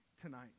tonight